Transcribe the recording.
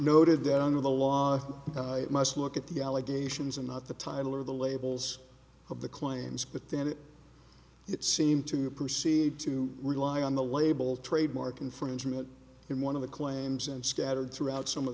noted that under the law it must look at the allegations and not the title or the labels of the claims but then it seemed to proceed to rely on the label trademark infringement in one of the claims and scattered throughout some of